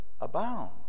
abound